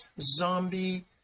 zombie